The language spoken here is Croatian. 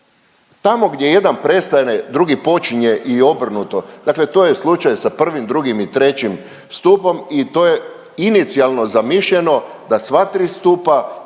Tamo gdje jedan prestane drugi počinje i obrnuto. Dakle, to je slučaj sa prvim, drugim i trećim stupom i to je inicijalno zamišljeno da sva tri stupa